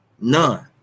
none